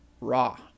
Raw